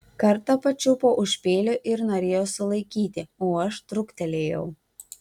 kartą pačiupo už peilio ir norėjo sulaikyti o aš truktelėjau